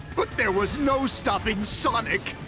but there was no stopping sonic.